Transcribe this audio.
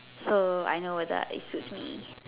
so I know whether it suits me